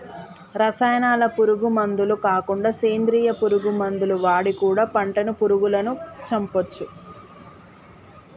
రసాయనాల పురుగు మందులు కాకుండా సేంద్రియ పురుగు మందులు వాడి కూడా పంటను పురుగులను చంపొచ్చు